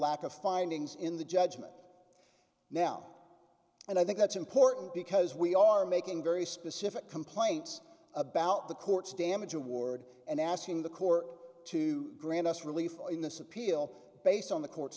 lack of findings in the judgment now and i think that's important because we are making very specific complaints about the court's damage award and asking the court to grant us relief in this appeal based on the court